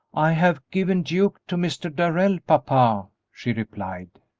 i have given duke to mr. darrell, papa, she replied.